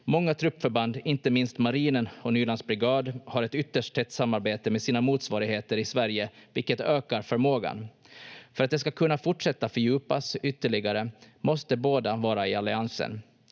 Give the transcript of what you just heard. Många truppförband, inte minst Marinen och Nylands brigad, har ett ytterst tätt samarbete med sina motsvarigheter i Sverige, vilket ökar förmågan. För att det ska kunna fortsätta fördjupas ytterligare måste båda vara i alliansen.